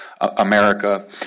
America